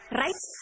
right